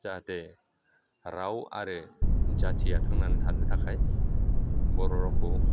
जाहाथे राव आरो जाथिया थांनानै थानो थाखाय बर' रावखौ